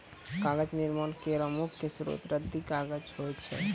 कागज निर्माण केरो मुख्य स्रोत रद्दी कागज होय छै